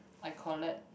I collect